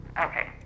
Okay